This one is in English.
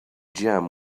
gem